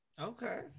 okay